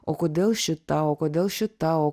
o kodėl šita o kodėl šita o